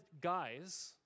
guys